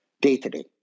day-to-day